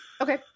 Okay